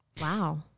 Wow